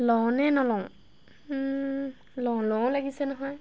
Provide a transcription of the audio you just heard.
লওঁ নলওঁ লওঁ লওঁও লাগিছে নহয়